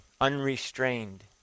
unrestrained